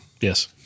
Yes